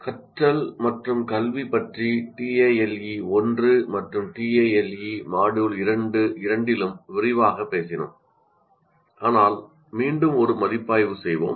கற்றல் மற்றும் கல்வி பற்றி TALE 1 மற்றும் TALE Module 2 இரண்டிலும் விரிவாகப் பேசினோம் ஆனால் மீண்டும் ஒரு மதிப்பாய்வு செய்வோம்